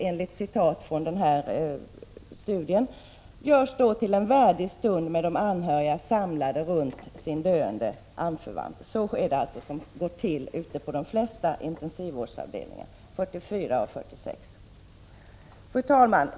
Enligt studien görs detta till en värdig stund med de anhöriga samlade runt sin döende anförvant. Så går det till på de flesta intensivvårdsavdelningarna, 44 av 46. Fru talman!